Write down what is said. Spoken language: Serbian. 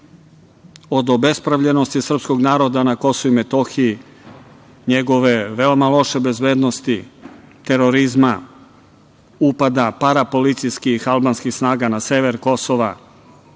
od obespravljenosti srpskog naroda na Kosovu i Metohiji, njegove veoma loše bezbednosti, terorizma, upada parapolicijskih albanskih snaga na sever Kosova,